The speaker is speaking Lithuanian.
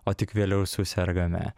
o tik vėliau susergame